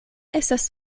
estas